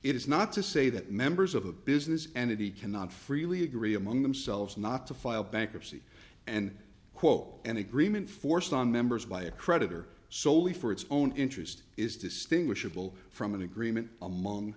it is not to say that members of a business entity cannot freely agree among themselves not to file bankruptcy and quot an agreement forced on members by a creditor soley for its own interest is distinguishable from an agreement among